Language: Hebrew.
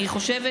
אני חושבת